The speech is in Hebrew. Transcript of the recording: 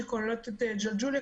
שכוללות את ג'לג'וליה,